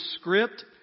script